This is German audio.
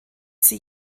sie